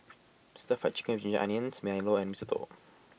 Stir Fry Chicken with Ginger Onions Milo and Mee Soto